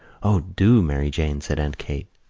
o, do, mary jane, said aunt kate.